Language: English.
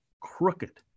crooked